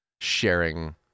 sharing